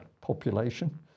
population